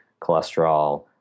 cholesterol